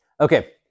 Okay